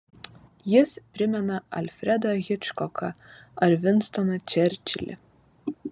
jis primena alfredą hičkoką ar vinstoną čerčilį